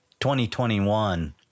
2021